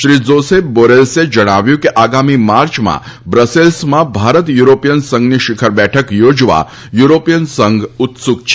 Shri Joseph બોરેલ્સે જણાવ્યું હતું કે આગામી માર્ચમાં બ્રસેલ્સમાં ભારત યુરોપીયન સંઘની શિખર બેઠક યોજવા યુરોપીયન સંઘ ઉત્સુક છે